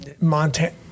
Montana